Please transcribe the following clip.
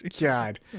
god